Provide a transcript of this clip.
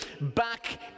back